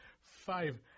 five